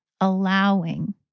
allowing